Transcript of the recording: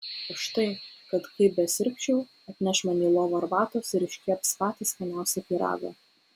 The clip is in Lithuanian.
už tai kad kaip besirgčiau atneš man į lovą arbatos ir iškeps patį skaniausią pyragą